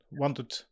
wanted